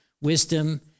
wisdom